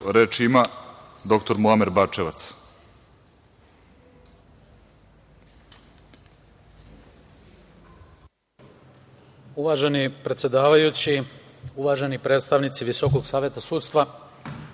**Muamer Bačevac** Uvaženi predsedavajući, uvaženi predstavnici Visokog saveta sudstva,